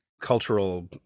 cultural